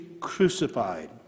crucified